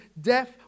deaf